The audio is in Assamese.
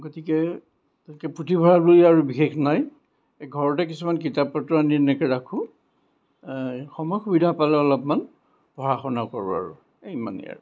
গতিকে তাকে পুথিভঁৰাল বুলি আৰু বিশেষ নাই এই ঘৰতে কিছুমান কিতাপ পত্ৰ আনি এনেকৈ ৰাখোঁ সময় সুবিধা পালে অলপমান পঢ়া শুনা কৰোঁ আৰু এই ইমানেই আৰু